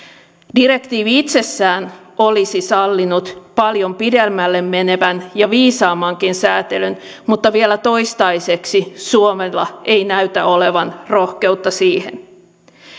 direktiivi itsessään olisi sallinut paljon pidemmälle menevän ja viisaammankin sääntelyn mutta vielä toistaiseksi suomella ei näytä olevan rohkeutta siihen